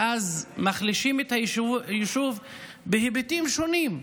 ואז מחלישים את היישוב בהיבטים שונים,